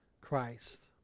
Christ